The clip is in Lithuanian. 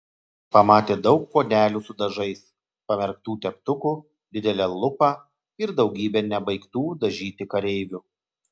pamatė daug puodelių su dažais pamerktų teptukų didelę lupą ir daugybę nebaigtų dažyti kareivių